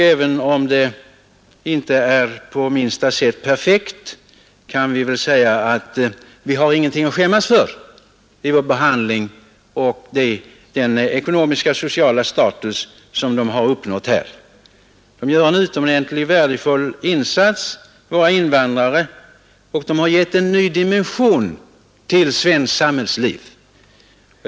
Även om det inte är på minsta sätt perfekt ordnat, kan vi väl säga att vi ingenting har att skämmas för i vår behandling och i fråga om den ekonomiska och sociala status som de har uppnått här. Våra invandrare gör en utomordentligt värdefull insats, och de har gett en ny dimension åt svenskt samhällsliv.